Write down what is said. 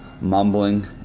mumbling